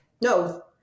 no